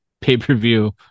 pay-per-view